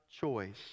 choice